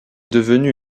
devenue